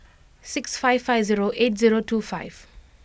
six five five zero eight zero two five